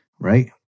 right